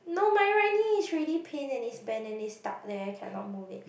no my right knee is really pain and it's bent and it's stuck there cannot move it